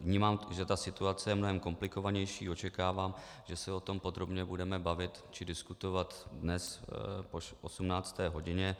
Vnímám, že ta situace je mnohem komplikovanější, a očekávám, že se o tom podrobně budeme bavit či diskutovat dnes po 18. hodině.